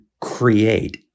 create